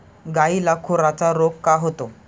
गायीला खुराचा रोग का होतो?